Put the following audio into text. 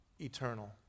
eternal